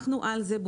אנחנו על זה.